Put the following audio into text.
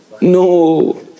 No